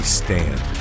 stand